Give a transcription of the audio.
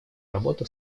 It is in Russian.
работу